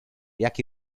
jak